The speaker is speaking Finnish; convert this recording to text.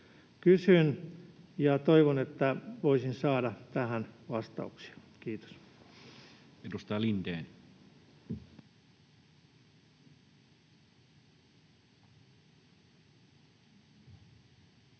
Kysyn, ja toivon, että voisin saada tähän vastauksia. — Kiitos.